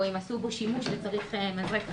או אם עשו בו שימוש וצריך מזרק חדש.